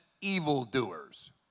evildoers